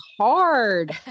hard